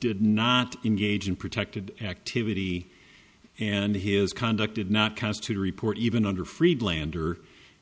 did not engage in protected activity and his conduct did not constitute a report even under friedlander